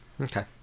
Okay